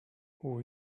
who